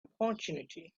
opportunity